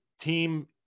team